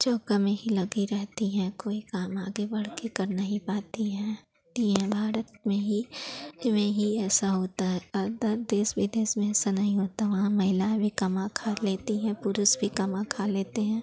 चौके में ही लगी रहती हैं कोई काम आगे बढ़कर कर नहीं पाती हैं यह भारत में ही में ही ऐसा होता है अदर देश विदेश में ऐसा नहीं होता वहाँ महिलाएँ भी कमा खा लेती हैं पुरुष भी कमा खा लेते हैं